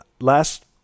Last